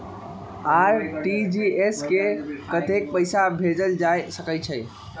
RTGS से कतेक पैसा भेजल जा सकहु???